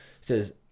says